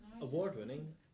Award-winning